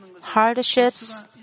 hardships